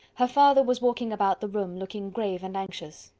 her father was walking about the room, looking grave and anxious.